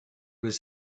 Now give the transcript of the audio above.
was